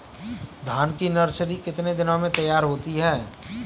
धान की नर्सरी कितने दिनों में तैयार होती है?